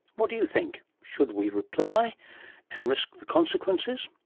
what do you think? should we reply and risk the consequences?